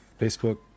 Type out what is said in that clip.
Facebook